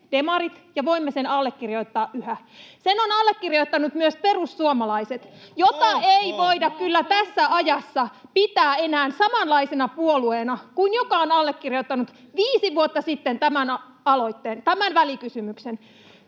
ja voimme sen allekirjoittaa yhä. Sen on allekirjoittanut myös perussuomalaiset, [Vasemmalta: Ohhoh!] jota ei voida kyllä tässä ajassa pitää enää samanlaisena puolueena kuin se, joka on allekirjoittanut viisi vuotta sitten tämän välikysymyksen.